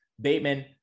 Bateman